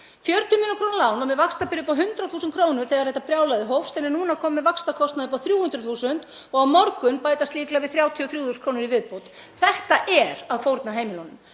40 millj. kr. lán með vaxtabyrði upp á 100.000 kr. þegar þetta brjálæði hófst er núna komið með vaxtakostnað upp á 300.000 og á morgun bætast líklega við 33.000 kr. í viðbót. Þetta er að fórna heimilunum.